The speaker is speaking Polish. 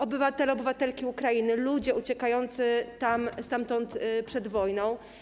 Obywatele, obywatelki Ukrainy, ludzie uciekający stamtąd przed wojną.